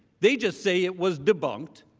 they just say it was debunked.